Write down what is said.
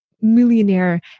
millionaire